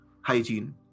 hygiene